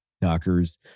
dockers